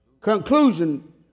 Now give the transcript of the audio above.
conclusion